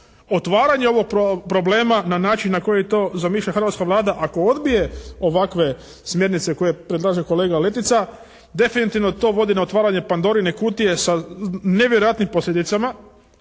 otvaranje ovog problema na način na koji to zamišlja hrvatska Vlada ako odbije ovakve smjernice koje predlaže kolega Letica, definitivno to vodi na otvaranje Pandorine kutije sa nevjerojatnim posljedicama.